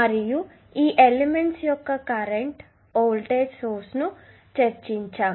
మరియు మేము ఈ ఎలిమెంట్స్ యొక్క కరెంటు వోల్టేజ్ సోర్స్ను చర్చించాము